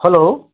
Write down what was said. hello